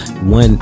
One